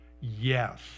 Yes